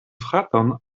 fraton